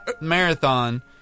marathon